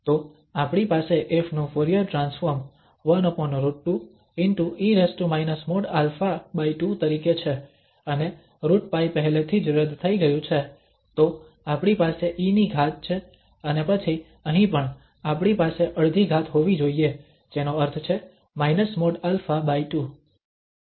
તો આપણી પાસે ƒ નું ફુરીયર ટ્રાન્સફોર્મ 1√2 ✕ e |α|2 તરીકે છે અને √π પહેલેથી જ રદ થઈ ગયું છે તો આપણી પાસે e ની ઘાત છે અને પછી અહીં પણ આપણી પાસે અડધી ઘાત હોવી જોઈએ જેનો અર્થ છે |α|2